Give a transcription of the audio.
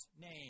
name